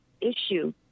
issue